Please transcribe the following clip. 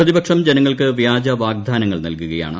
പ്രതിപക്ഷം ജനങ്ങൾക്ക് വ്യാജ വാഗ്ദാനങ്ങൾ നൽകുകയാണ്